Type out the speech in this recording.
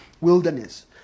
wilderness